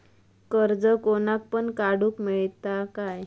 कर्ज कोणाक पण काडूक मेलता काय?